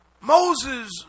Moses